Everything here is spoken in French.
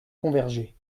convergé